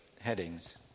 headings